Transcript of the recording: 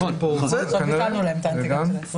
עכשיו ביטלנו להם את האנטיגן.